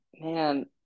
man